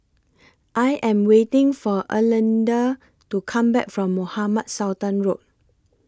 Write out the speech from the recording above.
I Am waiting For Erlinda to Come Back from Mohamed Sultan Road